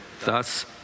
Thus